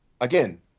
Again